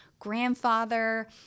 grandfather